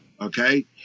Okay